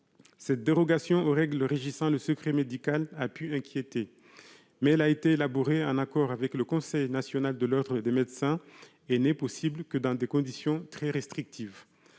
Cette dérogation aux règles régissant le secret médical a pu inquiéter, mais elle a été élaborée en accord avec le Conseil national de l'ordre des médecins et n'est possible que dans des conditions très restrictives.